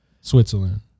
switzerland